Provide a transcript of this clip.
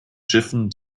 schiffen